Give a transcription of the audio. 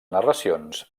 narracions